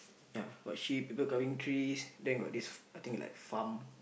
yeah got sheep people cutting trees then got this I think like farm